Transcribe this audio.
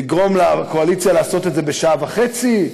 לגרום לקואליציה לעשות את זה בשעה וחצי?